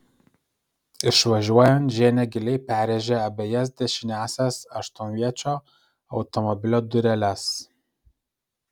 išvažiuojant ženia giliai perrėžė abejas dešiniąsias aštuonviečio automobilio dureles